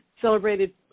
celebrated